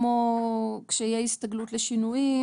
כמו קשיי הסתגלות לשינויים,